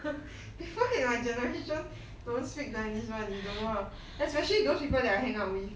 before that my generation don't speak chinese one you don't know ah especially those people that I hang out with